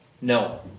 no